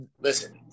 Listen